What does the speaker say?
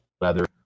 leather